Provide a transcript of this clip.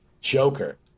Joker